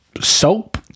soap